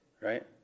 Right